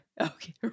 Okay